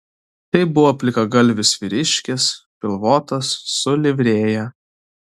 tai buvo plikagalvis vyriškis pilvotas su livrėja